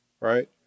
right